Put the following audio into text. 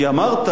כי אמרת